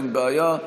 אין בעיה.